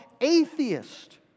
atheist